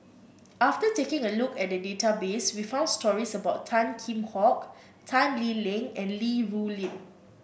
after taking a look at the database we found stories about Tan Kheam Hock Tan Lee Leng and Li Rulin